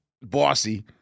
Bossy